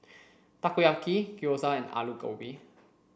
Takoyaki Gyoza and Alu Gobi